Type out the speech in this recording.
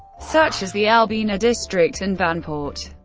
such as the albina district and vanport.